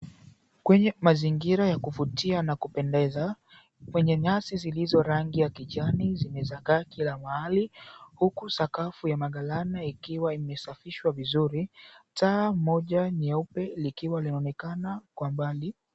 Kwenye mazingira ya kuvutia na kupendeza, kwenye nyasi zilizo rangi ya kijani zimesagaa kila mahali, huku sakafu ya magalana ikiwa imesafishwa vizuri, taa moja nyeupe likiwa linaonekanaa kwa mbali.